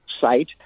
site